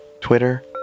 Twitter